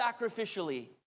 sacrificially